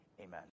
amen